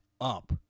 up